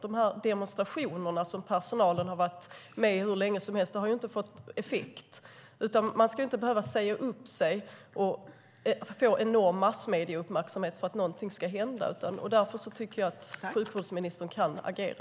Demonstrationerna som personalen har varit med i hur länge som helst har inte fått effekt. Man ska inte behöva säga upp sig och därför få enorm uppmärksamhet i medierna för att någonting ska hända. Därför tycker jag att sjukvårdsministern kan agera.